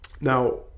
Now